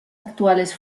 actuales